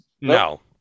No